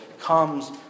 comes